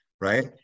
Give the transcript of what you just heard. right